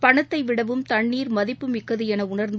பணத்தை விடவும் தண்ணீர் மதிப்பு மிக்கது என உணர்ந்து